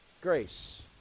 Grace